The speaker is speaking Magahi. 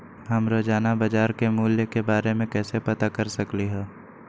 हम रोजाना बाजार के मूल्य के के बारे में कैसे पता कर सकली ह?